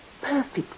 perfect